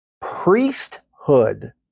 priesthood